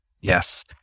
Yes